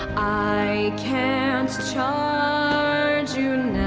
i can't charge ah charge you